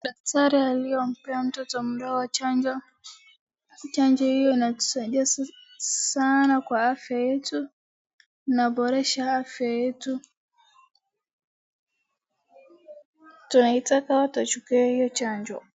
Daktari aliyempea mtoto mdogo chanjo. Chanjo hiyo inatusaidia sana kwa afya yetu na inaboresha afya yetu. Tunaitaka watu wachukue hiyo chanjo.